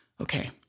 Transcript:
Okay